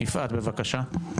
יפעת, בבקשה.